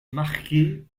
marqué